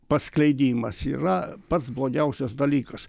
paskleidimas yra pats blogiausias dalykas